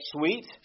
sweet